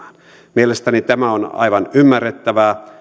mielestäni tämä on aivan ymmärrettävää